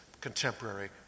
contemporary